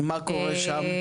מה קורה שם?